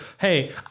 Hey